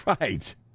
right